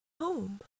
home